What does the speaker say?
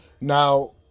Now